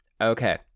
Okay